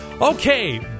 okay